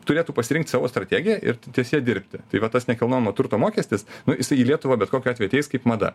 turėtų pasirinkt savo strategiją ir ties ja dirbti tai va tas nekilnojamo turto mokestis nu jisai į lietuvą bet kokiu atveju ateis kaip mada